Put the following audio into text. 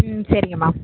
ம் சரிங்கம்மா